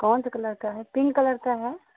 कौनसे कलर का है पिंक कलर का है